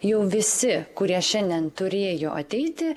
jau visi kurie šiandien turėjo ateiti